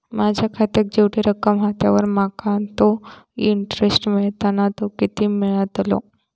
माझ्या खात्यात जेवढी रक्कम हा त्यावर माका तो इंटरेस्ट मिळता ना तो किती मिळतलो?